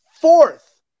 fourth